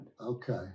Okay